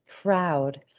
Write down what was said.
proud